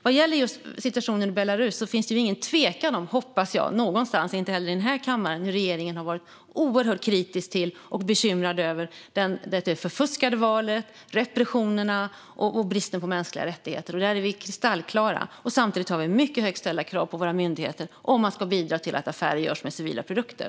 Vad gäller situationen i Belarus hoppas jag att det inte finns någon tvekan någonstans, inte heller i den här kammaren, om att regeringen har varit oerhört kritisk till och bekymrad över det förfuskade valet, repressionerna och bristen på respekt för mänskliga rättigheter. Där är vi kristallklara. Samtidigt har vi mycket högt ställda krav på våra myndigheter om man ska bidra till att affärer görs med civila produkter.